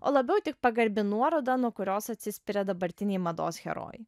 o labiau tik pagarbi nuoroda nuo kurios atsispiria dabartiniai mados herojai